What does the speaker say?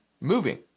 moving